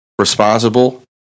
responsible